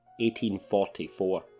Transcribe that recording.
1844